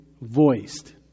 voiced